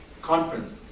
conference